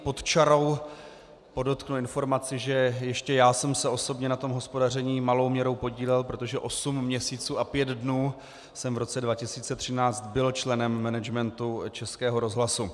Pod čarou podotknu informaci, že ještě já jsem se osobně na tom hospodaření malou měrou podílel, protože osm měsíců a pět dnů jsem v roce 2013 byl členem managementu Českého rozhlasu.